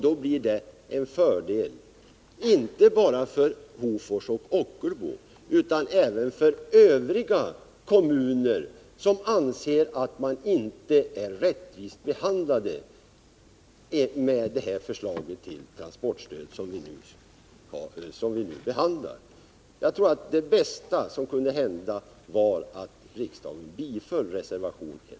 Det blir då en fördel inte bara för Hofors och Ockelbo utan även för övriga kommuner som anser att det förslag till transportstöd vi nu debatterar inte behandlar dem rättvist. Jag tror att det bästa som kan hända är att riksdagen bifaller reservation 1.